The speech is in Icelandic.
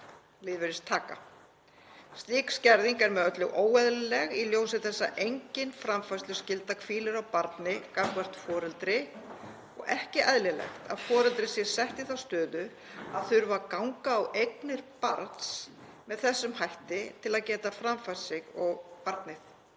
lífeyristaka. Slík skerðing er með öllu óeðlileg í ljósi þess að engin framfærsluskylda hvílir á barni gagnvart foreldri og ekki eðlilegt að foreldri sé sett í þá stöðu að þurfa að ganga á eignir barns með þessum hætti til að geta framfært sig og barnið.